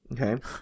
okay